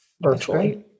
virtually